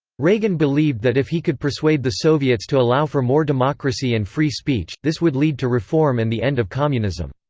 reagan believed that if he could persuade the soviets to allow for more democracy and free speech, this would lead to reform and the end of communism.